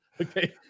Okay